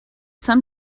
some